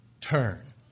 turn